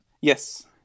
Yes